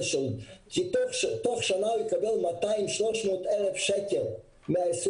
תוך שנה הוא יקבל 300-200 אלף שקלים מה-20